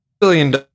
billion